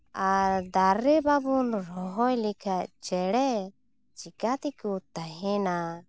ᱟᱨ ᱫᱟᱨᱮ ᱵᱟᱵᱚᱱ ᱨᱚᱦᱚᱭ ᱞᱮᱠᱷᱟᱱ ᱪᱮᱬᱮ ᱪᱤᱠᱟᱹ ᱛᱮᱠᱚ ᱛᱟᱦᱮᱱᱟ